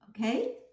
Okay